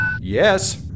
yes